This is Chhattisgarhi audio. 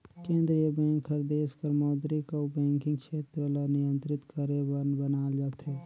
केंद्रीय बेंक हर देस कर मौद्रिक अउ बैंकिंग छेत्र ल नियंत्रित करे बर बनाल जाथे